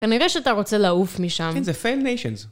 כנראה שאתה רוצה להעוף משם. It's a fail nation.